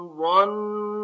one